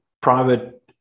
private